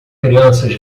crianças